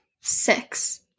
six